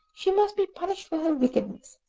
she must be punished for her wickedness.